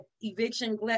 eviction